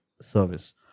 service